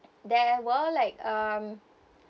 there were like um